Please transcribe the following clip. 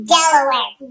Delaware